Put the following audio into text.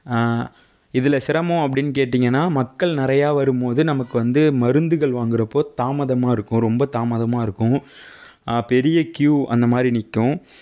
இதுல சிரமம் அப்படின்னு கேட்டிங்கன்னா மக்கள் நிறையா வரும்போது நமக்கு வந்து மருந்துகள் வாங்கிறப்போ தாமதமாகருக்கும் ரொம்ப தாமதமாகருக்கும் பெரிய கியூ அந்தமாதிரி நிற்கும்